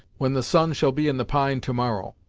when the sun shall be in the pine to-morrow.